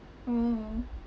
oh